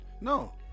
No